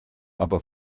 aber